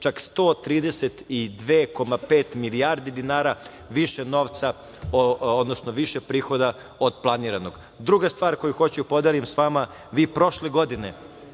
čak 132,5 milijardi dinara više novca, odnosno više prihoda od planiranog. Druga stvar koju hoću da podelim sa vama, vi prošle godine